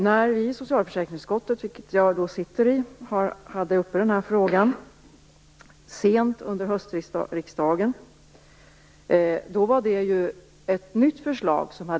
När vi i socialförsäkringsutskottet, vilket jag sitter med i, hade frågan uppe sent under höstriksdagen hade ett nytt förslag kommit.